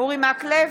אורי מקלב,